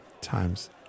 Times